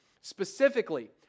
Specifically